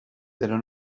pero